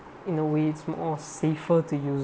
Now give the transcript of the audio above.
in a way it's more safer to use